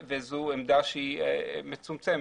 וזו עמדה שהיא מצומצמת.